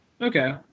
okay